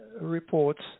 reports